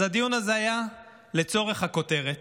אז הדיון הזה היה לצורך הכותרת,